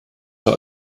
der